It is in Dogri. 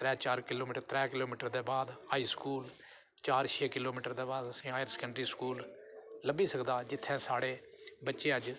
त्रै चार किलो मीटर दे बाद चार किली मीटर दे बाद हाई स्कूल चार छे किलो मीटर दे बाद असेंगी हायर सकैंडरी स्कूल लब्भी सकदा जित्थें साढ़े बच्चे अज्ज